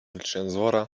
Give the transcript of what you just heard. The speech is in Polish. wyłączając